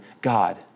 God